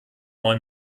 neuen